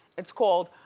it's called,